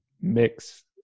mix